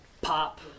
pop